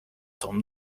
tom